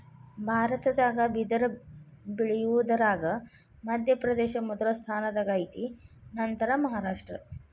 ಭಾರತದಾಗ ಬಿದರ ಬಳಿಯುದರಾಗ ಮಧ್ಯಪ್ರದೇಶ ಮೊದಲ ಸ್ಥಾನದಾಗ ಐತಿ ನಂತರಾ ಮಹಾರಾಷ್ಟ್ರ